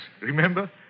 Remember